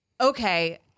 okay